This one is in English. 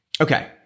Okay